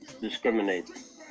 discriminate